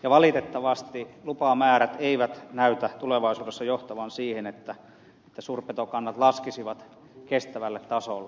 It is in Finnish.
valitettavasti lupamäärät eivät näytä tulevaisuudessa johtavan siihen että suurpetokannat laskisivat kestävälle tasolle